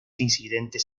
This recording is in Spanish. incidentes